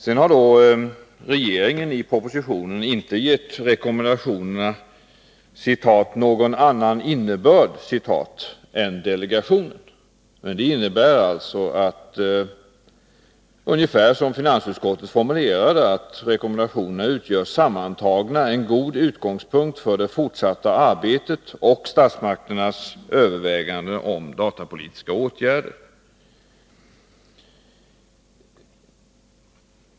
Regeringen har sedan i propositionen inte gett rekommendationerna ”någon annan innebörd” än delegationen, och det innebär, som finansutskottet formulerar det, att rekommendationerna sammantagna utgör en god utgångspunkt för det fortsatta arbetet och för statsmakternas överväganden i samband med datapolitiska åtgärder.